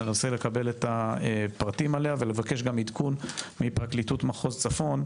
ננסה לקבל את הפרטים עליה ולבקש גם עדכון מפרקליטות מחוז צפון,